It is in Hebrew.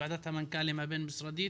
ועדת המנכ"לים הבין-משרדית,